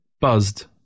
buzzed